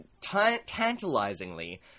tantalizingly